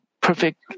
perfect